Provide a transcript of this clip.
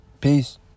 Peace